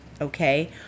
okay